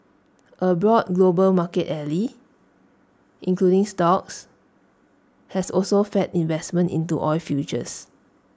A broad global market rally including stocks has also fed investment into oil futures